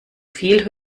viel